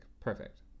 perfect